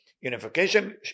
unification